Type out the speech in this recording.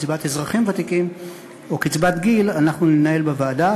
קצבת אזרחים ותיקים או קצבת גיל אנחנו ננהל בוועדה.